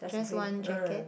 just one jacket